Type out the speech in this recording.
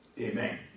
Amen